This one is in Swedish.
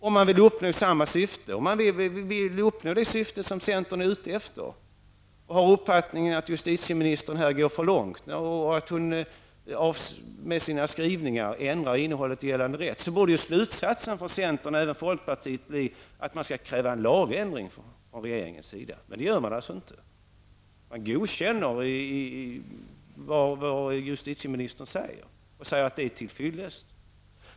Om man vill uppnå det syfte som centern är ute efter och har uppfattningen att justitieministern går för långt och att hon med sina skrivningar ändrar innehållet i gällande rätt, borde slutsatsen för centerpartiet och även folkpartiet bli att man skall kräva en lagändring. Men det gör man alltså inte. Man godkänner vad justitieministern säger och anser att det är till fyllest.